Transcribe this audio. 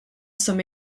some